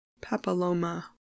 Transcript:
Papilloma